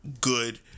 good